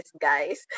guys